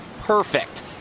perfect